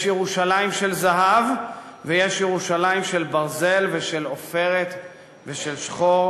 יש ירושלים של זהב ויש ירושלים של ברזל ושל עופרת ושל שחור,